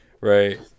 Right